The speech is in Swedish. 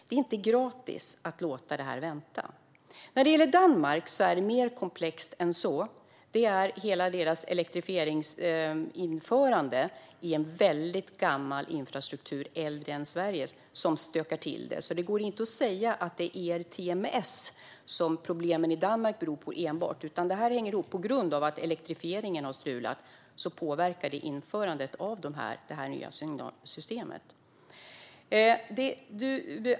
Det är inte gratis att låta detta vänta. När det gäller Danmark är det mer komplext än så. Det är hela elektrifieringen av en väldigt gammal infrastruktur - den är äldre än Sveriges - som stökar till det, så det går inte att säga att problemen i Danmark enbart beror på ERTMS. Att elektrifieringen har strulat påverkar införandet av det nya signalsystemet.